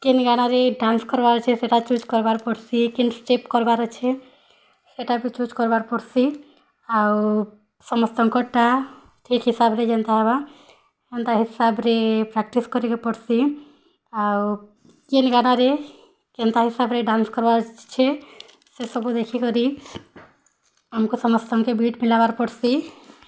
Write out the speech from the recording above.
କେନି ଗାନାରେ ଡ୍ୟାନ୍ସ କର୍ବାର ଅଛି ସେନ୍ତା ଚୁଜ୍ କରବାର୍ ପଡ଼ୁସି୍ କିନ୍ ଷ୍ଟେପ୍ କରିବାର୍ ଅଛେ ସେଟା ବି ଚୁଜ୍ କରବାକେ ପଡ଼୍ସି ଆଉ ସମସ୍ତଙ୍କଟା ଠିକ୍ ହିସାବରେ ଯେନ୍ତା ହେବା ହେନ୍ତା ହିସାବରେ ପ୍ରାକ୍ଟିକ୍ସ କର୍ବାକୁ ପଡ଼ୁସି ଆଊ କେନ୍ତା ବାରରେ କେନ୍ତା ହିସାବରେ ଡ୍ୟାନ୍ସ କରିବାର ଛେ ସେସବୁକୁ ଦେଖିକରି ଆମ୍କୁ ସମସ୍ତଙ୍କର ବିଟ୍ କରିବାର ପଡ଼ୁସି